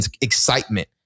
excitement